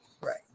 Right